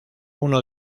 uno